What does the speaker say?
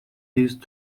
these